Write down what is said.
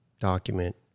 document